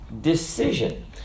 decision